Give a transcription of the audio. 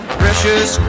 precious